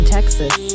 Texas